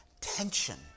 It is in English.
Tension